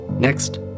Next